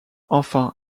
enfin